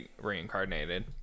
reincarnated